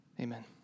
Amen